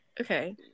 Okay